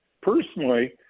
personally